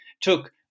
took